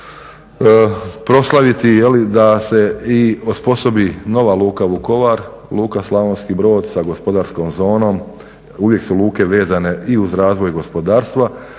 proslaviti, da se i osposobi nova luka Vukovar, luka Slavonski Brod sa gospodarskom zonom. Uvijek su luke vezane i uz razvoj gospodarstva,